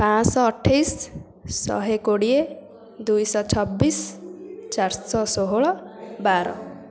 ପାଞ୍ଚ ଶହ ଅଠେଇଶ ଶହେ କୋଡ଼ିଏ ଦୁଇ ଶହ ଛବିଶ ଚାରି ଶହ ଷୋହଳ ବାର